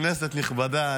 כנסת נכבדה,